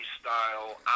style